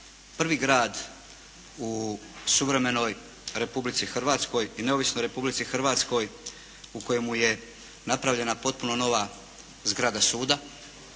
prvi grad u suvremenoj Republici Hrvatskoj i neovisnoj Republici Hrvatskoj u kojemu je napravljena potpuno nova zgrada suda